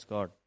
God